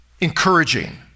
encouraging